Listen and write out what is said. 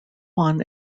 won